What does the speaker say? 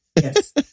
Yes